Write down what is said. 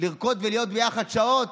לרקוד ולהיות ביחד שעות.